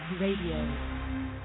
Radio